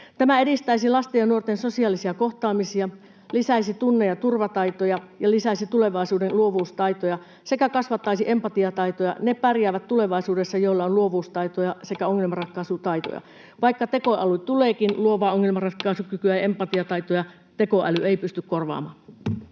Tämä edistäisi lasten ja nuorten sosiaalisia kohtaamisia, lisäisi tunne- ja turvataitoja ja lisäisi tulevaisuuden luovuustaitoja sekä kasvattaisi empatiataitoja. Ne pärjäävät tulevaisuudessa, joilla on luovuustaitoja sekä ongelmaratkaisutaitoja. Vaikka tekoäly tuleekin, luovaa ongelmanratkaisukykyä ja empatiataitoja tekoäly ei pysty korvaamaan.